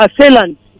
assailants